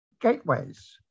gateways